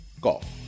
golf